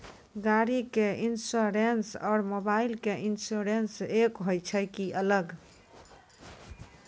गाड़ी के इंश्योरेंस और मोबाइल के इंश्योरेंस एक होय छै कि अलग?